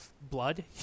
blood